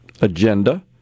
agenda